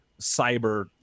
cyber